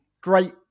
great